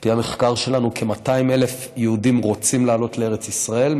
לפי המחקר שלנו כ-200,000 יהודים רוצים לעלות לארץ ישראל,